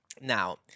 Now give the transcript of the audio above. Now